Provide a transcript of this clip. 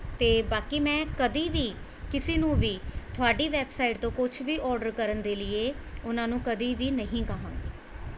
ਅਤੇ ਬਾਕੀ ਮੈਂ ਕਦੀ ਵੀ ਕਿਸੇ ਨੂੰ ਵੀ ਤੁਹਾਡੀ ਵੈੱਬਸਾਈਟ ਤੋਂ ਕੁਛ ਵੀ ਔਡਰ ਕਰਨ ਦੇ ਲੀਏ ਉਹਨਾਂ ਨੂੰ ਕਦੀ ਵੀ ਨਹੀਂ ਕਹਾਂਗੀ